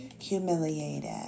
humiliated